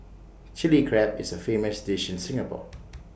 Chilli Crab is A famous dish in Singapore